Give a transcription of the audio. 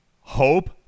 hope